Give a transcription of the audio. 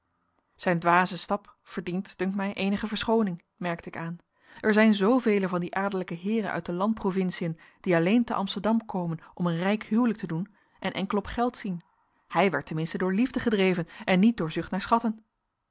zijn dwaze stap verdient dunkt mij eenige verschooning merkte ik aan er zijn zoovele van die adellijke heeren uit de land provinciën die alleen te amsterdam komen om een rijk huwelijk te doen en enkel op geld zien hij werd ten minste door liefde gedreven en niet door zucht naar schatten